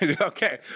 Okay